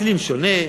האקלים שונה,